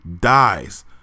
dies